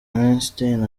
weinstein